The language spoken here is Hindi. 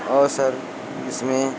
और सर इसमें